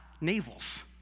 navels